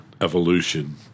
evolution